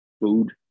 food